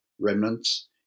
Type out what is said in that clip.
remnants